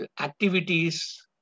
activities